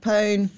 Pain